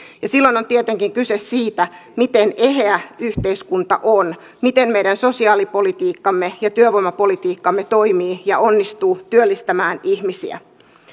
silloin on tietenkin kyse siitä miten eheä yhteiskunta on miten meidän sosiaalipolitiikkamme ja työvoimapolitiikkamme toimii ja onnistuu työllistämään ihmisiä